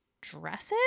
dresses